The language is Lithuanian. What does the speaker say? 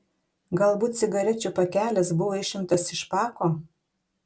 galbūt cigarečių pakelis buvo išimtas iš pako